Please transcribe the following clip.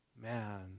Man